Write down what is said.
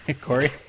Corey